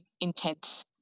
intense